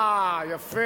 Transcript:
כולנו